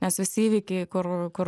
nes visi įvykiai kur kur